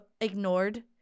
ignored